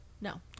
No